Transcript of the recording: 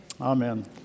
Amen